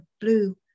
blue